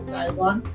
Taiwan